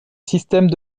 système